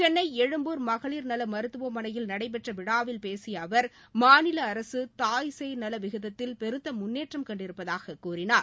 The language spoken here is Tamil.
சென்னை எழும்பூர் மகளிர் நல மருத்துவமனையில் நடைபெற்ற விழாவில் பேசிய அவர் மாநில அரச தாய்சேய் நல விகிதத்தில் பெருத்த முன்னேற்றம் கண்டிருப்பதாக கூறினார்